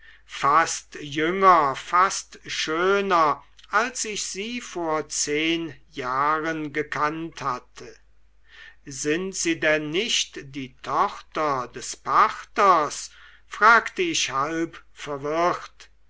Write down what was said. fast jünger fast schöner als ich sie vor zehn jahren gekannt hatte sind sie denn nicht die tochter des pachters fragte ich halb verwirrt